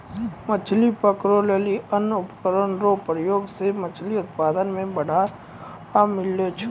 मछली पकड़ै लेली अन्य उपकरण रो प्रयोग से मछली उत्पादन मे बढ़ावा मिलै छै